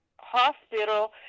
hospital